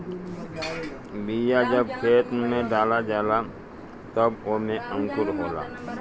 बिया जब खेत में डला जाला तब ओमे अंकुरन होला